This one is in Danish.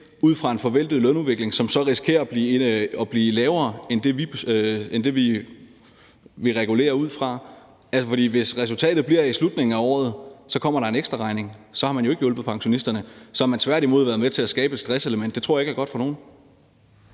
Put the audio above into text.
ud fra en forventet lønudvikling, som så risikerer at blive lavere end det, vi regulerer ud fra. For hvis resultatet i slutningen af året bliver, at der så kommer en ekstraregning, så har man jo ikke hjulpet pensionisterne. Så har man tværtimod skabt et stresselement. Det tror jeg ikke er godt for nogen.